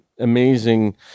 amazing